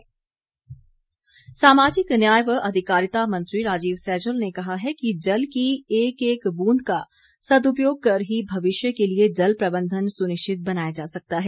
सैजल सामाजिक न्याय व अधिकारिता मंत्री राजीव सैजल ने कहा है कि जल की एक एक ब्रंद का सद्पयोग कर ही भविष्य के लिए जल प्रबंधन सुनिश्चित बनाया जा सकता है